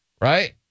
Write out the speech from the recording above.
right